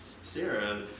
Sarah